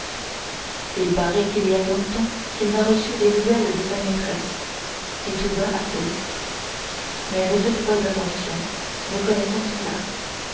il paraît qu'il y a longtemps qu'il n'a reçu des nouvelles de sa maîtresse dit tout bas athos mais ne faites pas attention nous connaissons